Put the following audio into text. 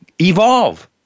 evolve